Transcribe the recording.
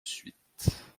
suite